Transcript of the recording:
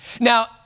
Now